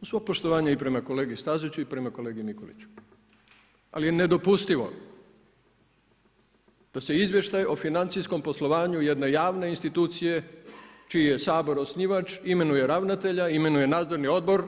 Uz svo poštovanje i prema kolegi Staziću i prema kolegi Mikuliću, ali je nedopustivo da se izvještaj o financijskom poslovanju jedne javne institucije, čiji je Sabor osnivač, imenuje ravnatelja, imenuje nadzorni odbor